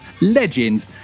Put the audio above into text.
legend